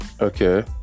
Okay